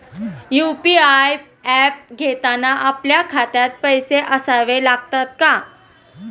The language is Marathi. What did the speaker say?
यु.पी.आय ऍप घेताना आपल्या खात्यात पैसे असावे लागतात का?